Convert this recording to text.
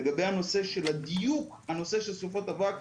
לגבי הנושא של הדיוק של נושא סופות אבק,